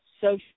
social